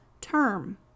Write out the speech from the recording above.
term